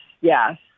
Yes